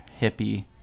hippie